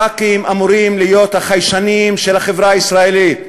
חברי הכנסת אמורים להיות החיישנים של החברה הישראלית.